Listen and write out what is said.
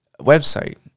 website